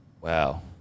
Wow